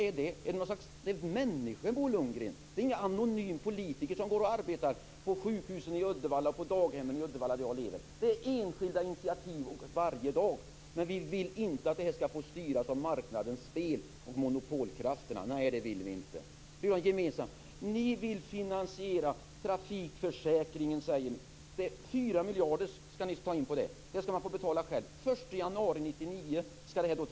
Är de inte människor, Bo Lundgren? Det är inte några anonyma politiker som arbetar på sjukhusen och på daghemmen i Uddevalla, där jag lever. Där tas enskilda initiativ varje dag. Men vi vill inte att det här skall få styras av marknadens spel och av monopolkrafterna, utan gemensamt. Ni vill säger att ni vill finansiera trafikförsäkringen. Ni skall spara in 4 miljarder genom att man själv skall få betala trafikförsäkringen. Detta skall träda i kraft den 1 januari 1999.